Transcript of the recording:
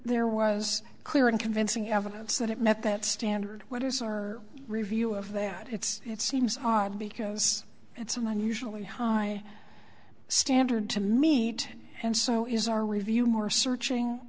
there was clear and convincing evidence that it met that standard what is our review of that it's it seems hard because it's and i'm usually high standard to meet and so is our review more searching